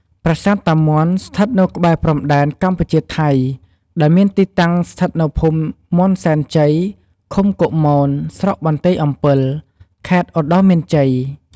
ប្រាសាទតាមាន់់ ស្ថិតនៅក្បែរព្រំដែន កម្ពុជា ថៃ ដែលមានទីតាំងស្ថិតនៅភូមិមាន់សែនជ័យ ឃុំគោកមន ស្រុកបន្ទាយអម្ពិល ខេត្តឧត្តរមានជ័យ។